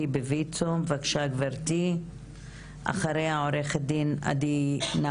עבדנו עליו זמן רב, גם בשיתוף פעולה אתכם,